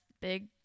big